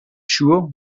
sure